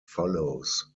follows